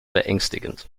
beängstigend